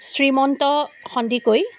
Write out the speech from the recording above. Srimanta Sandikoi